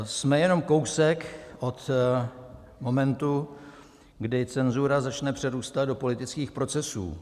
Jsme jenom kousek od momentu, kdy cenzura začne přerůstat do politických procesů.